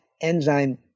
enzyme